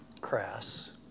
crass